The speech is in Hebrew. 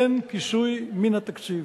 אין כיסוי מן התקציב.